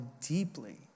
deeply